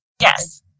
yes